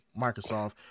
Microsoft